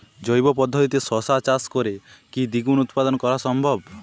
জৈব পদ্ধতিতে শশা চাষ করে কি দ্বিগুণ উৎপাদন করা সম্ভব?